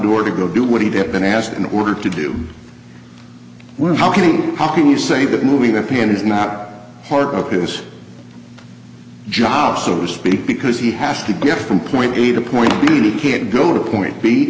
door to go do what he had been asked in order to do well how can you how can you say that moving the piano is not part of his job so to speak because he has to get from point a to point b can't go to point b